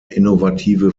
innovative